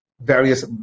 various